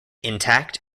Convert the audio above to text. intact